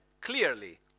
clearly